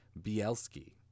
Bielski